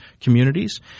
communities